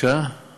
כבר לא.